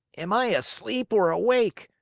am i asleep or awake?